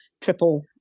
triple